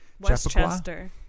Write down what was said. Westchester